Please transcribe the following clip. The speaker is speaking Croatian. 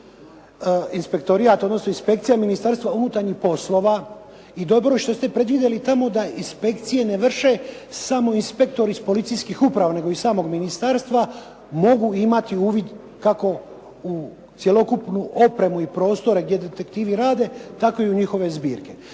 Inspektorijat odnosno Inspekcija Ministarstva unutarnjih poslova i dobro je što ste predvidjeli tamo da inspekcije ne vrše samo inspektori iz policijskih uprava nego iz samog ministarstva mogu imati uvid kako u cjelokupnu opremu i prostore gdje detektivi rade tako i u njihove zbirke.